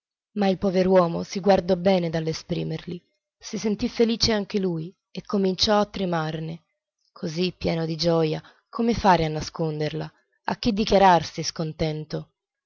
ma il pover'uomo si guardò bene dall'esprimerli si sentì felice anche lui e cominciò a tremarne così pieno di gioja come fare a nasconderla a dichiararsi scontento